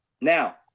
now